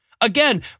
Again